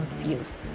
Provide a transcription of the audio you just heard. confused